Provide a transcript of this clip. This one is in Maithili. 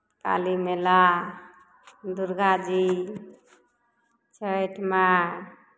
काली मेला दुर्गा जी छठि माँ